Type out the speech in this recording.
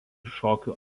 šokių